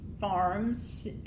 farms